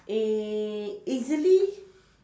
eh easily